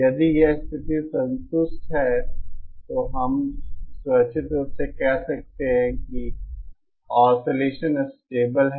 यदि यह स्थिति संतुष्ट है तो हम सुरक्षित रूप से कह सकते हैं कि ऑसिलेसन स्टेबल है